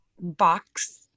box